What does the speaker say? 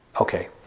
Okay